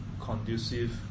conducive